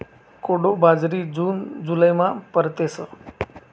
कोडो बाजरी जून जुलैमा पेरतस